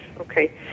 Okay